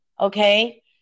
okay